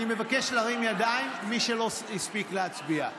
אני מבקש להרים ידיים, מי שלא הספיק להצביע.